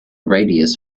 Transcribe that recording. radius